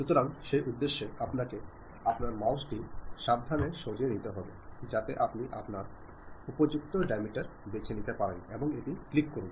সুতরাং সেই উদ্দেশ্যে আপনাকে আপনার মাউস টি সাবধানে সরিয়ে নিতে হবে যাতে আপনি আপনার উপযুক্ত ডায়ামিটার বেছে নিতে পারেন এবং এটি ক্লিক করুন